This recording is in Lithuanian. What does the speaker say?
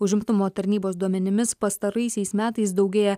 užimtumo tarnybos duomenimis pastaraisiais metais daugėja